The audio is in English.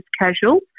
casual